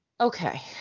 Okay